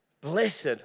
blessed